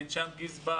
אין שם גזבר,